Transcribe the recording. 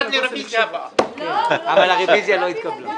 זאת שאלה טובה, אבל הרווויזיה לא התקבלה.